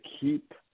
keep